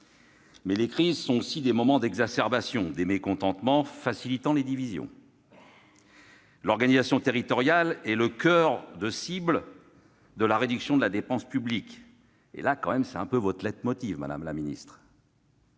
Mais les crises sont aussi des moments d'exacerbation des mécontentements, facilitant les divisions. L'organisation territoriale est le coeur de cible de la réduction de la dépense publique- c'est un peu votre leitmotiv, madame la ministre.